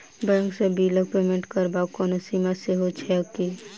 Bank सँ बिलक payment करबाक कोनो सीमा सेहो छैक की?